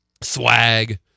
swag